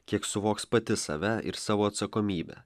kiek suvoks pati save ir savo atsakomybę